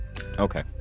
okay